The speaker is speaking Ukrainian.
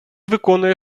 виконує